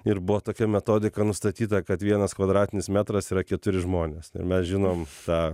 ir buvo tokia metodika nustatyta kad vienas kvadratinis metras yra keturi žmonės mes žinom tą